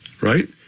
Right